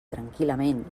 tranquil·lament